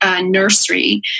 nursery